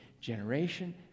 generation